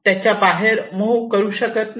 त्याच्या बाहेर मूव्ह करू शकत नाही